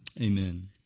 Amen